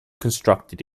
constructed